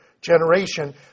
generation